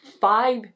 five